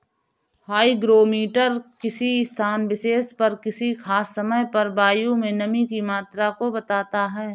hygrometer किसी स्थान विशेष पर किसी खास समय पर वायु में नमी की मात्रा को बताता है